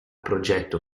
progetto